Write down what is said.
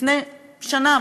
לפני שנה,